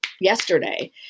yesterday